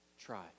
Try